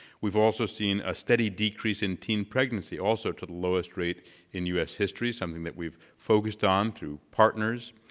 we've also seen a steady decrease in teen pregnancy also to the lowest rate in us history, something that we've focused on through partners.